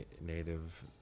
native